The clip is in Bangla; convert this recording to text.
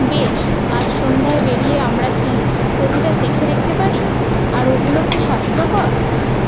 বেশ আজ সন্ধ্যায় বেরিয়ে আমরা কি প্রতিটা চেখে দেখতে পারি আর ওগুলো কি স্বাস্থ্যকর